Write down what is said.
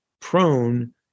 prone